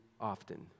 often